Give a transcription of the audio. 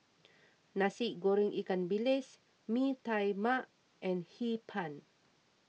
Nasi Goreng Ikan Bilis Mee Tai Mak and Hee Pan